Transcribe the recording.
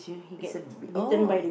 it's a oh